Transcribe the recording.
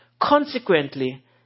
Consequently